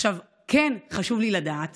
עכשיו, חשוב לי לדעת